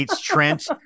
Trent